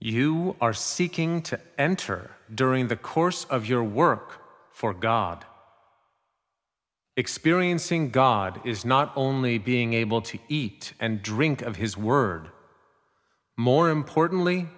you are seeking to enter during the course of your work for god experiencing god is not only being able to eat and drink of his word more importantly